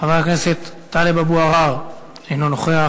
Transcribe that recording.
חבר הכנסת טלב אבו עראר, אינו נוכח.